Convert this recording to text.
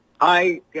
Hi